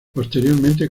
posteriormente